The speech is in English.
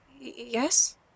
Yes